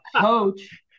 coach